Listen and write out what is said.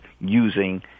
using